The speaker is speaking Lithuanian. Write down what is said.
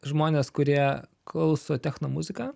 žmonės kurie klauso techno muziką